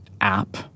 app